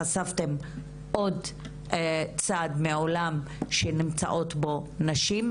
חשפתם עוד צד מעולם שנמצאות בו נשים,